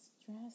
stress